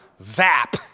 zap